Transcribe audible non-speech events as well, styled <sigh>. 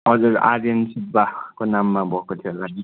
हजुर आर्यन सुब्बाको नाममा भएको थियो होला <unintelligible>